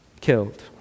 killed